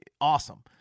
awesome